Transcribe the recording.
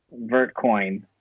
Vertcoin